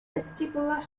vestibular